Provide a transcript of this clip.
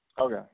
Okay